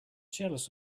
jealous